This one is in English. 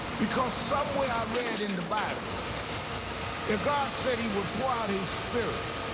because somewhere i read in the bible that god said he would pour out his spirit